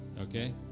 Okay